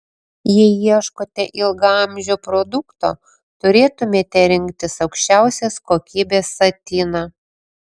jei ieškote ilgaamžio produkto turėtumėte rinktis aukščiausios kokybės satiną